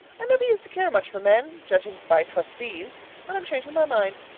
i never used to care much for men judging by trustees but i'm changing my mind.